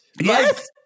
Yes